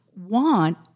want